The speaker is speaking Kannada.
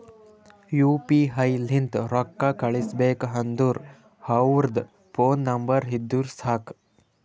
ಯು ಪಿ ಐ ಲಿಂತ್ ರೊಕ್ಕಾ ಕಳುಸ್ಬೇಕ್ ಅಂದುರ್ ಅವ್ರದ್ ಫೋನ್ ನಂಬರ್ ಇದ್ದುರ್ ಸಾಕ್